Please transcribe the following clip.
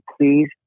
please